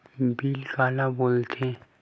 Bill काला बोल थे?